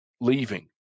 leaving